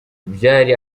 byari